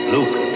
Luke